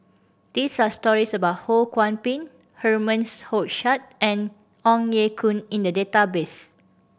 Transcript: this are stories about Ho Kwon Ping Herman Hochstadt and Ong Ye Kung in the database